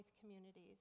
communities